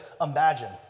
imagine